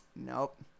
nope